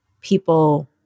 people